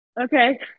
Okay